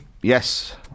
Yes